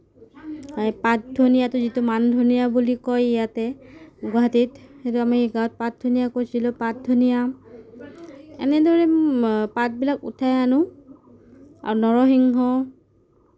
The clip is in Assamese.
পাত ধনিয়াটো যিটো মান ধনিয়া বুলি কয় ইয়াতে গুৱাহাটীত সেইটো আমি গাঁৱত পাত ধনিয়া কৈছিলোঁ পাত ধনিয়া এনেদৰে পাতবিলাক উঠাই আনোঁ আৰু নৰসিংহ